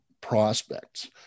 prospects